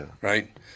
Right